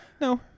no